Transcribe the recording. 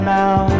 now